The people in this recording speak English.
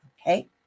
Okay